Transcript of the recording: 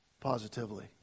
positively